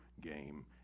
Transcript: game